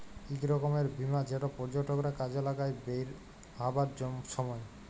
ইক রকমের বীমা যেট পর্যটকরা কাজে লাগায় বেইরহাবার ছময়